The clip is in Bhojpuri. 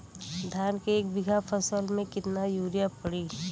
धान के एक बिघा फसल मे कितना यूरिया पड़ी?